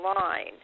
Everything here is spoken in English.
line